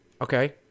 okay